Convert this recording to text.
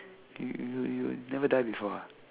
you you you never die before